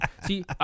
See